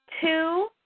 two